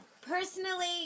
Personally